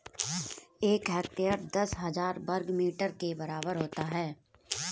एक हेक्टेयर दस हज़ार वर्ग मीटर के बराबर होता है